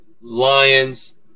lions